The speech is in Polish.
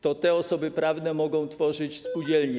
To te osoby prawne mogą tworzyć spółdzielnie.